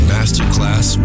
Masterclass